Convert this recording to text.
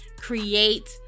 create